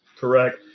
Correct